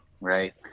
right